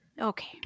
Okay